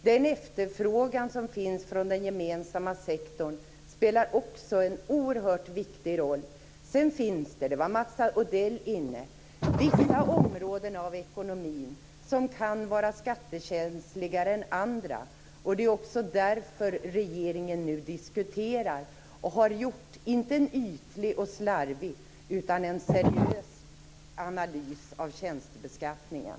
Den efterfrågan som finns från den gemensamma sektorn spelar också en oerhört viktig roll. Sedan finns det, som Mats Odell var inne på, vissa områden av ekonomin som kan vara skattekänsligare än andra. Det är också därför som regeringen nu diskuterar och har gjort - inte en ytlig och slarvig, utan en seriös analys av tjänstebeskattningen.